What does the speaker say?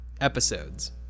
episodes